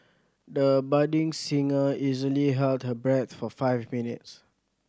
the budding singer easily held her breath for five minutes